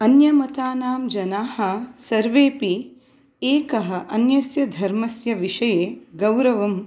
अन्यमतानां जनाः सर्वेपि एकः अन्यस्य धर्मस्य विषये गौरवं